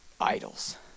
idols